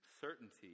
certainty